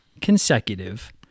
consecutive